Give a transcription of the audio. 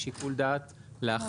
כן יש לכם שיקול דעת להחריג.